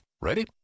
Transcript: ready